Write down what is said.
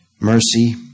Mercy